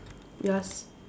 you ask